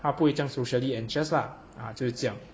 他不会这样 socially anxious lah ah 就是这样